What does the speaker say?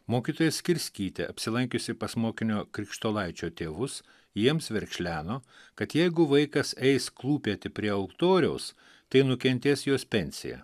mokytoja skirskytė apsilankiusi pas mokinio krikštolaičio tėvus jiems verkšleno kad jeigu vaikas eis klūpėti prie altoriaus tai nukentės jos pensija